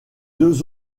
deux